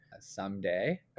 someday